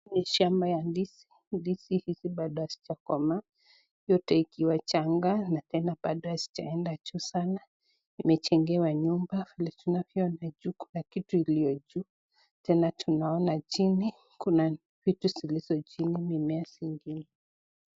Hii ni shamba ya ndizi. Ndizi hizi bado hazijakomaa, yote ikiwa changa na tena bado hazijaenda juu sana. Imejengewa nyumba na tunavyoona juu kuna kitu iliyo juu. Tena tunaona china kuna vitu zilizo chini, mimea zingine.